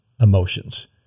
emotions